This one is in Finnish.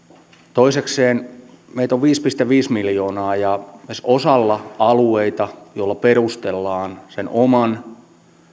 toisekseen meitä on viisi pilkku viisi miljoonaa ja väestö lasketaan kahteenkin kertaan osalla alueista joilla perustellaan sen oman